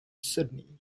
sydney